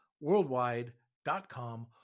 worldwide.com